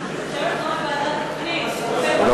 יושבת-ראש ועדת הפנים,